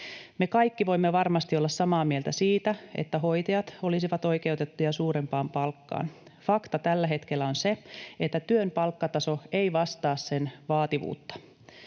Me kaikki voimme varmasti olla samaa mieltä siitä, että hoitajat olisivat oikeutettuja suurempaan palkkaan. Fakta tällä hetkellä on se, että työn palkkataso ei vastaa sen vaativuutta.